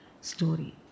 story